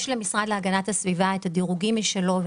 יש למשרד להגנת הסביבה את הדירוגים משלו.